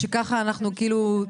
כמובן לא בא להציג התנגדות או משהו,